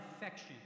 affection